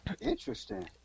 Interesting